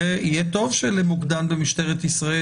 זה יהיה טוב שלמוקדן במשטרת ישראל